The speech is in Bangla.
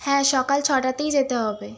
হ্যাঁ সকাল ছটাতেই যেতে হবে